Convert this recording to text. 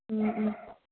ꯎꯝ ꯎꯝ